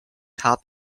top